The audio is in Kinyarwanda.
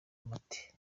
umuti